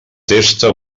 testa